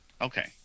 Okay